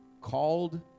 called